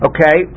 Okay